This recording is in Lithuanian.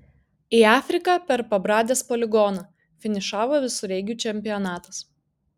į afriką per pabradės poligoną finišavo visureigių čempionatas